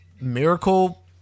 miracle